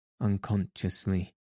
unconsciously